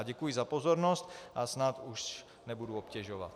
Děkuji za pozornost a snad už nebudu obtěžovat.